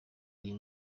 iyi